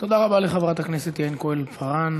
תודה רבה לחברת הכנסת יעל כהן-פארן.